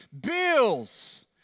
bills